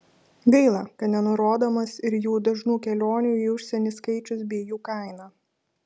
gaila kad nenurodomas ir jų dažnų kelionių į užsienį skaičius bei jų kaina